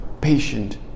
patient